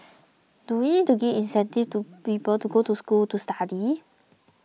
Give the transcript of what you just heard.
do we need to give incentives to people to go to school to study